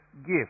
gift